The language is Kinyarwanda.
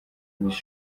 miss